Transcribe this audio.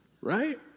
Right